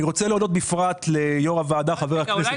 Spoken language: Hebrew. אני רוצה להודות בפרט ליו"ר הוועדה,